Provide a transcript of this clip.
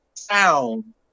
Sound